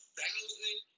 thousand